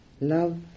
Love